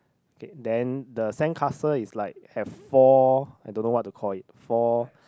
okay then the sandcastle is like have four I don't know what to call it four